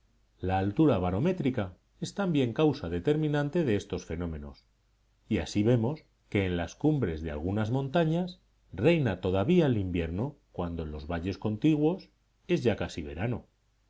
la altura barométrica es también causa determinante de estos fenómenos y así vemos que en las cumbres de algunas montañas reina todavía el invierno cuando en los valles contiguos es ya casi verano